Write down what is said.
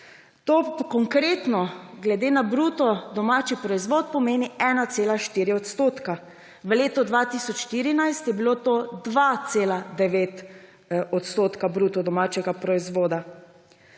To konkretno glede na bruto domači proizvod pomeni 1,4 %, v letu 2014 je bilo to 2,9 % bruto domačega proizvoda.